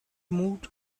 moved